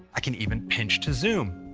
i can even pinch to zoom.